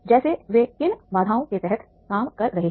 जैसे वे किन बाधाओं के तहत काम कर रहे हैं